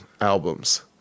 albums